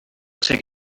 take